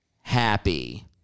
happy